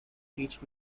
teach